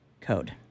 code